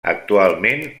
actualment